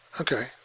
Okay